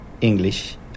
English